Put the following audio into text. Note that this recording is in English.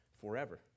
forever